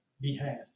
behalf